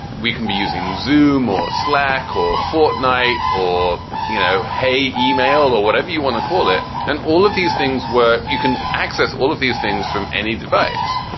we can be using zoom or slack or fortnight or, you know hey, email or whatever you want to call it, and all of these things where you can access all of these things from any device.